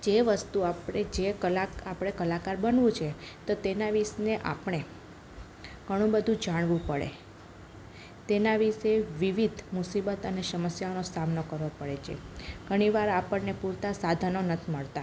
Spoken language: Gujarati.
જે વસ્તુ આપણે જે કલા આપણે કલાકાર બનવું છે તો તેના વિષે આપણે ઘણું બધું જાણવું પડે તેના વિષે વિવિધ મુસીબત અને સમસ્યાઓનો સામનો કરવો પડે છે ઘણીવાર આપણને પૂરતા સાધનો નથી મળતા